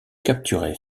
capturer